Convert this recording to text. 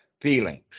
feelings